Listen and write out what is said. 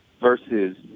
versus